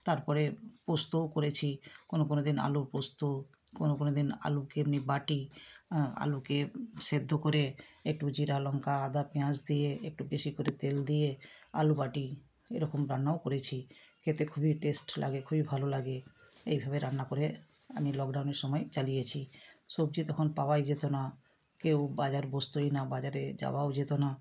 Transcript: তারপরে পোস্তও করেছি কোনো কোনো দিন আলুর পোস্ত কোনো কোনো দিন আলুকে এমনি বাটি আলুকে সেদ্ধ করে একটু জিরা লঙ্কা আদা পেঁয়াজ দিয়ে একটু বেশি করে তেল দিয়ে আলু বাটি এরকম রান্নাও করেছি খেতে খুবই টেস্ট লাগে খুবই ভালো লাগে এইভাবে রান্না করে আমি লকডাউনের সময় চালিয়েছি সবজি তখন পাওয়াই যেতো না কেউ বাজার বসতোই না বাজারে যাওয়াও যেতো না